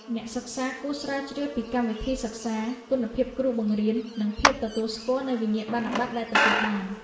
អ្នកសិក្សាគួរស្រាវជ្រាវពីកម្មវិធីសិក្សា គុណភាពគ្រូបង្រៀន និងភាពទទួលស្គាល់នៃវិញ្ញាបនបត្រដែលទទួលបាន។